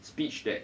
speech that